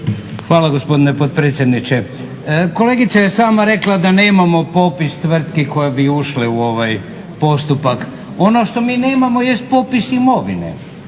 Hvala gospodine potpredsjedniče. Kolegica je sama rekla da nemamo popis tvrtki koje bi ušle u ovaj postupak. Ono što mi nemamo jest popis imovine.